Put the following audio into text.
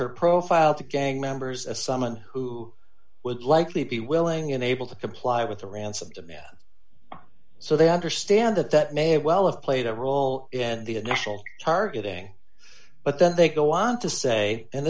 her profile to gang members as someone who would likely be willing and able to comply with the ransom demand so they understand that that may well have played a role in the initial targeting but then they go on to say and